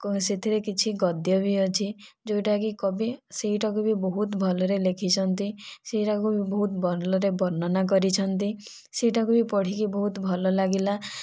ଓ ସେଥିରେ କିଛି ଗଦ୍ୟ ବି ଅଛି ଯେଉଁଟା କି କବି ସେଇଟା କୁ ବି ବହୁତ ଭଲରେ ଲେଖିଛନ୍ତି ସେଇଟା କୁ ବି ବହୁତ ଭଲରେ ବର୍ଣ୍ଣନା କରିଛନ୍ତି ସେଇଟା କୁ ବି ପଢ଼ିକି ବହୁତ ଭଲ ଲାଗିଲା